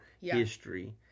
history